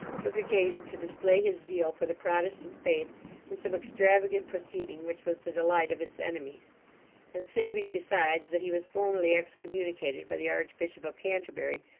took occasion to display his zeal for the protestant faith in some extravagant proceeding which was the delight of its enemies and saving, besides, that he was formally excommunicated by the archbishop of canterbury,